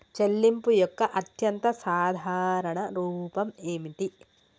చెల్లింపు యొక్క అత్యంత సాధారణ రూపం ఏమిటి?